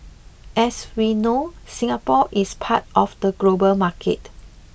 as we know Singapore is part of the global market